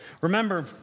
Remember